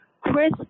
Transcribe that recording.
Chris